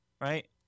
right